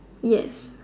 yes